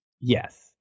Yes